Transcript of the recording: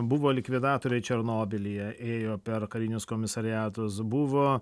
buvo likvidatoriai černobylyje ėjo per karinius komisariatus buvo